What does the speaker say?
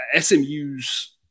SMU's